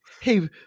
Hey